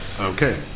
Okay